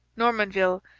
normanville,